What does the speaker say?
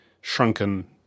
shrunken